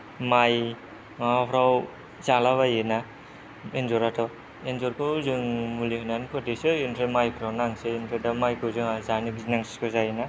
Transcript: माइ माबाफ्राव जालाबायोना एन्जराथ' एन्जरखौ जों मुलि होनानै फोथैसै ओमफ्राय माइफोराव नांसै ओमफ्राय दा माइखौ जोंहा जानो गिनांसिगौ जायोना